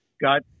got